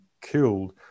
killed